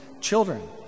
children